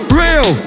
real